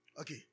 Okay